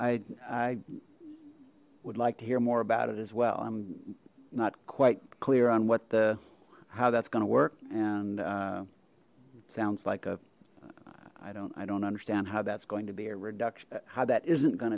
i would like to hear more about it as well i'm not quite clear on what the how that's going to work and it sounds like a i don't i don't understand how that's going to be a reduction how that isn't going